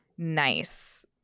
nice